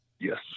Yes